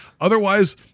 Otherwise